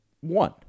one